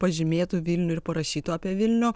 pažymėtų vilnių ir parašytų apie vilnių